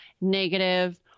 negative